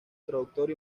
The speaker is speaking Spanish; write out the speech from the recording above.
traductor